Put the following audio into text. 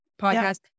podcast